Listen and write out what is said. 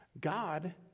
God